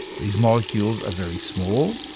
these molecules are very small,